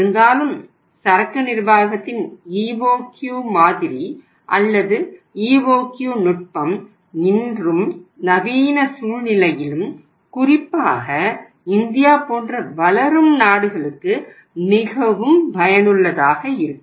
இருந்தாலும் சரக்கு நிர்வாகத்தின் EOQ மாதிரி அல்லது EOQ நுட்பம் இன்றும் நவீன சூழ்நிலையிலும் குறிப்பாக இந்தியா போன்ற வளரும் நாடுகளுக்கு மிகவும் பயனுள்ளதாக இருக்கும்